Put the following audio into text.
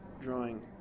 drawing